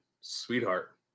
sweetheart